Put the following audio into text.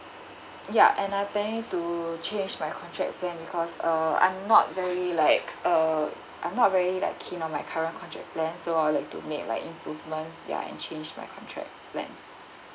ya and I planning to change my contract plan because err I'm not very like uh I'm not very like keen on my current contract plan so I would like to make like improvements ya and change my contract plan